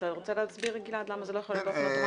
אתה רוצה להסביר למה זה לא יכול להיות באופן אוטומטי?